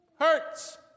hurts